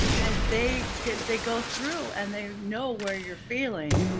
and they get, they go through and they know where you're failing.